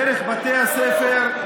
דרך בתי הספר,